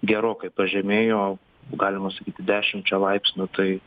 gerokai pažemėjo galima sakyti dešimčia laipsnių tai